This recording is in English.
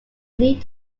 need